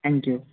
thank you